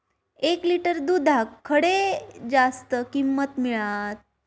एक लिटर दूधाक खडे जास्त किंमत मिळात?